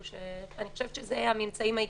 אני חושבת שאלה הממצאים העיקריים.